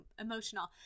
emotional